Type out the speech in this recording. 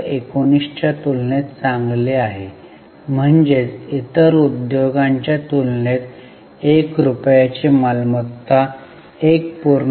19 च्या तुलनेत चांगले आहे म्हणजेच इतर उद्योगांच्या तुलनेत 1 रुपयाची मालमत्ता 1